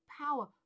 power